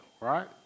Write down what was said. right